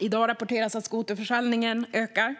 I dag rapporteras att skoterförsäljningen ökar,